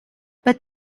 but